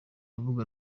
rubuga